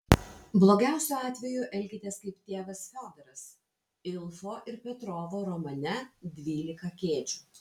blogiausiu atveju elkitės kaip tėvas fiodoras ilfo ir petrovo romane dvylika kėdžių